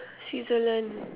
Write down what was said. Switzerland